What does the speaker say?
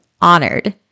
honored